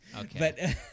Okay